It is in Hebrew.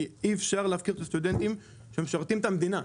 כי אי אפשר להפקיר את הסטודנטים שמשרתים את המדינה.